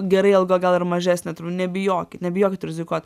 gerai alga gal ir mažesnė nebijokit nebijokit rizikuot